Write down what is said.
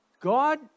God